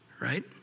right